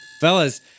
Fellas